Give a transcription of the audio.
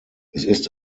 ist